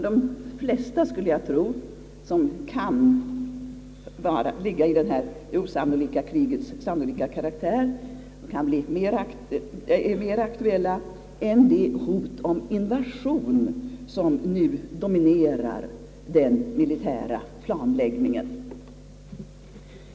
De flesta som kan ligga i ett osannolikt krigs sannolika karaktär skulle jag tro kan anses mera aktuella än det hot om invasion, som nu dominerar den militära planläggningen.